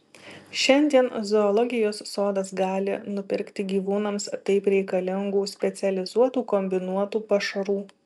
šiandien zoologijos sodas gali nupirkti gyvūnams taip reikalingų specializuotų kombinuotų pašarų